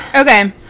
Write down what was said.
Okay